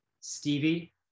Stevie